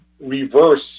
reverse